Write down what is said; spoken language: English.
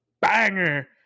banger